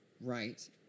Right